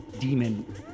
demon